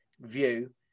view